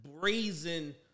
brazen